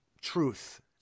truth